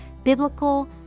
Biblical